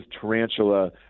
Tarantula